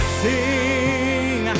sing